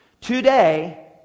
Today